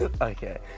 Okay